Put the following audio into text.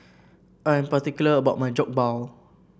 I am particular about my Jokbal